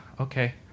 okay